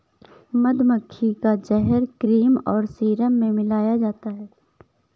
मधुमक्खी का जहर क्रीम और सीरम में मिलाया जाता है